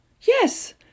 yes